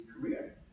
career